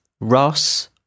Ross